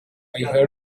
heard